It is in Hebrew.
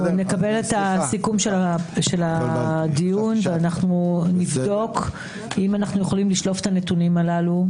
אנחנו נקבל את הסיכום של הדיון ונבדוק האם אפשר לשלוף את הנתונים הללו.